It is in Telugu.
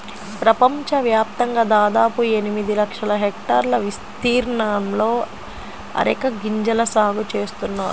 ప్రపంచవ్యాప్తంగా దాదాపు ఎనిమిది లక్షల హెక్టార్ల విస్తీర్ణంలో అరెక గింజల సాగు చేస్తున్నారు